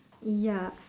ya